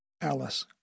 Alice